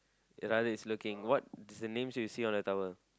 it's either it's looking what is the name say you see on the towel